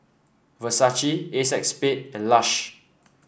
Versace Acexspade and Lush